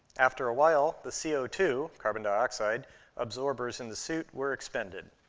after a while, the c o two carbon dioxide absorbers in the suit were expended.